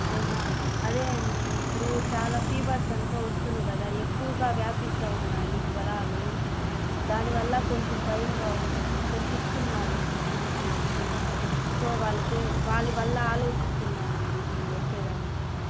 అవునా అదే అండి ఇప్పుడు చాలా ఫీవర్స్ అంతా వస్తుంది కదా ఎక్కువుగా వ్యాపిస్తూవున్నాయి జ్వరాలు దాని వల్ల కొంచెం భయంగా ఉందండి ఇద్దరు కిడ్సు ఉన్నారు నాకు చిన్న పిల్లలు సో వాళ్ళకి వాళ్ళ వల్ల ఆలోచిస్తున్నానండి నేను వచ్చేదానికి